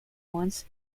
once